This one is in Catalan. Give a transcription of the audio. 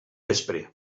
vespre